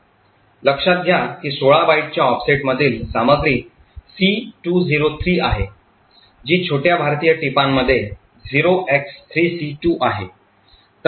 लक्षात घ्या की 16 बाइटच्या ऑफसेटमधील सामग्री c203 आहे जी छोट्या भारतीय टिपांमध्ये 0x3c2 आहे